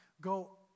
go